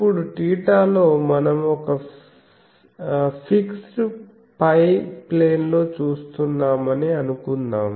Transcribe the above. ఇప్పుడు θ లో మనం ఒక ఫిక్స్డ్ φ ప్లేన్ లో చూస్తున్నామని అనుకుందాం